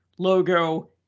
logo